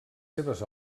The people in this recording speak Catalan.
seves